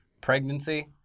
pregnancy